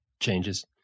changes